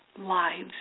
lives